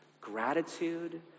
gratitude